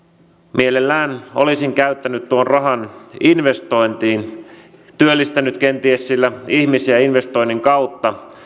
mielelläni olisin käyttänyt tuon rahan investointiin kenties työllistänyt sillä ihmisiä investoinnin kautta